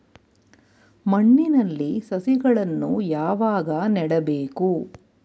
ಮಣ್ಣಿನಲ್ಲಿ ಸಸಿಗಳನ್ನು ಯಾವಾಗ ನೆಡಬೇಕು?